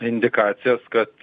indikacijas kad